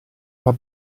alla